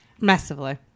Massively